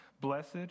blessed